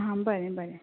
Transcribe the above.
आ बरें बरें